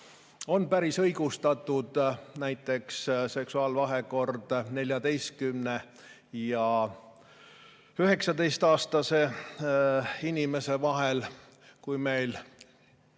on päris õigustatud? Näiteks seksuaalvahekord 14‑ ja 19‑aastase inimese vahel. Meil